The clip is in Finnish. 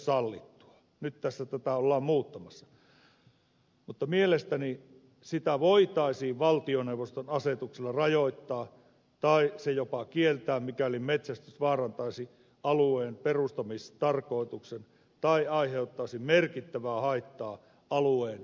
nyt tässä tätä ollaan muuttamassa mutta mielestäni sitä voitaisiin valtioneuvoston asetuksella rajoittaa tai se jopa kieltää mikäli metsästys vaarantaisi alueen perustamistarkoituksen tai aiheuttaisi merkittävää haittaa alueen muulle käytölle